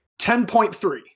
10.3